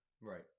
right